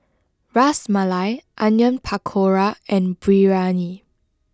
Ras Malai Onion Pakora and Biryani